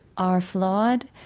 are flawed.